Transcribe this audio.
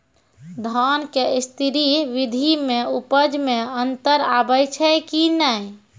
धान के स्री विधि मे उपज मे अन्तर आबै छै कि नैय?